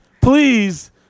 Please